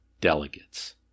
delegates